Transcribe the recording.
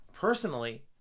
Personally